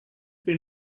been